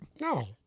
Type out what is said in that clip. No